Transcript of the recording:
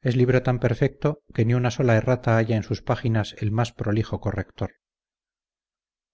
es libro tan perfecto que ni una sola errata halla en sus páginas el más prolijo corrector